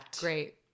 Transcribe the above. Great